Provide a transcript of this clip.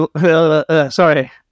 Sorry